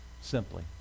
Simply